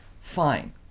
fine